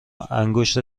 انگشت